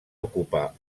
ocupar